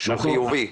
שהוא חיובי?